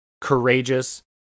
courageous